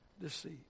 deceit